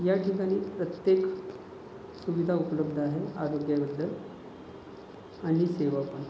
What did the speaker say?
या ठिकाणी प्रत्येक सुविधा उपलब्ध आहे आरोग्याबद्दल आणि सेवा पण